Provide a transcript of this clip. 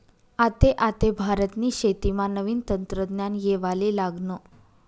आते आते भारतनी शेतीमा नवीन तंत्रज्ञान येवाले लागनं